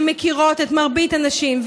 שמכירות את מרבית הנשים.